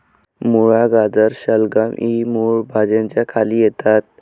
मुळा, गाजर, शलगम इ मूळ भाज्यांच्या खाली येतात